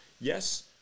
yes